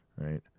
right